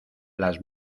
las